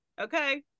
Okay